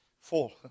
fall